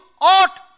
ought